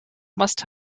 must